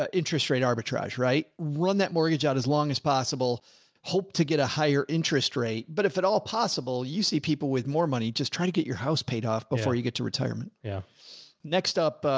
ah interest rate arbitrage, right? run that mortgage out as long as possible hope to get a higher interest rate. but if at all possible you see people with more money, just trying to get your house paid off before you get to retirement yeah next up, ah,